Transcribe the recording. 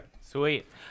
Sweet